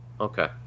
Okay